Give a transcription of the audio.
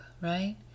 right